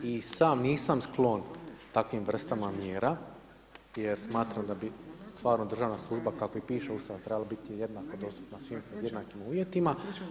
I sam nisam sklon takvim vrstama mjera jer smatram da bi stvarno državna služba kako i piše u Ustavu trebala biti jednako dostupna svim jednakim uvjetima.